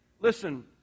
Listen